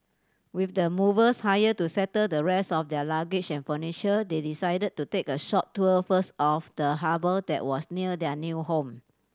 with the movers hired to settle the rest of their luggage and furniture they decided to take a short tour first of the harbour that was near their new home